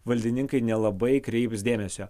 valdininkai nelabai kreips dėmesio